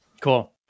Cool